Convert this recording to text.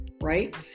Right